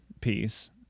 piece